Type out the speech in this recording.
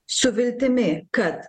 su viltimi kad